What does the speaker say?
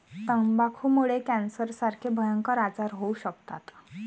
तंबाखूमुळे कॅन्सरसारखे भयंकर आजार होऊ शकतात